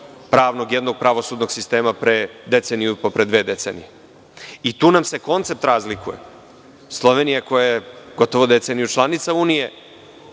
pravnog, jednog pravosudnog sistema pre deceniju i po, pre dve decenije. Tu nam se koncept razlikuje. Slovenija, koja je gotovo deceniju članica Unije,